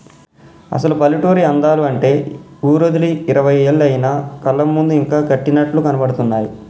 అసలు పల్లెటూరి అందాలు అంటే ఊరోదిలి ఇరవై ఏళ్లయినా కళ్ళ ముందు ఇంకా కట్టినట్లు కనబడుతున్నాయి